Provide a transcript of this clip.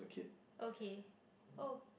kid